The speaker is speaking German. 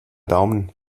daumen